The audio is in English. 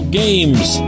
games